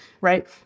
right